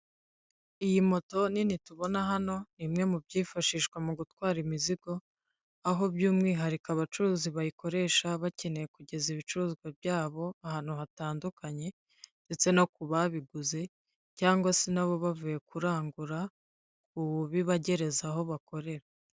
Iyi moto nini tubona hano ni imwe mu byifashishwa mu gutwara imizigo, aho by'umwihariko abacuruzi bayikoresha bakeneye kugeza ibicuruzwa byabo ahantu hatandukanye ndetse no ku babiguze cyangwa se nabo bavuye kurangura, kubibagereza aho bakorera.